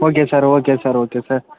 okay sir okay sir okay sir